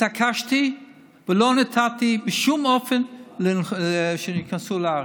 התעקשתי ולא נתתי בשום אופן שהם ייכנסו לארץ.